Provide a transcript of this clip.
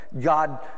God